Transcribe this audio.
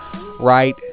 Right